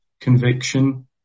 conviction